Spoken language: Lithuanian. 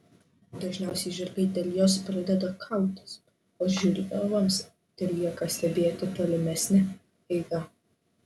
dažniausiai žirgai dėl jos pradeda kautis o žiūrovams telieka stebėti tolimesnę eigą